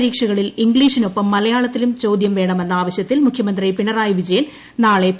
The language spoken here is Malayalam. പരീക്ഷകളിൽ ഇംഗ്ലീഷിനൊപ്പം മലയാളത്തിലും ചോദ്യം വേണമെന്ന ആവശ്യത്തിൽ മുഖ്യമന്ത്രി പിണറായി വിജയൻ നാളെ പി